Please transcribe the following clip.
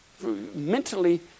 Mentally